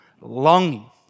longing